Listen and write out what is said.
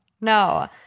No